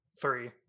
three